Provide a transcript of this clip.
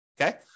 Okay